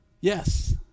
Yes